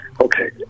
Okay